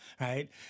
right